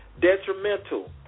detrimental